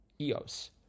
Eos